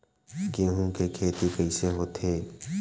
गेहूं के खेती कइसे होथे?